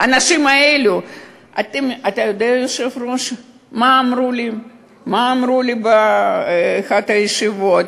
אתה יודע, היושב-ראש, מה אמרו באחת הישיבות?